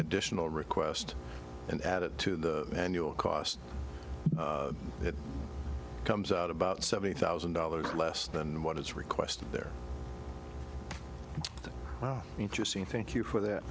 additional request and add it to the manual cost it comes out about seventy thousand dollars less than what it's requested they're interesting thank you for that